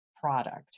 product